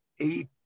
eight